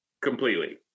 completely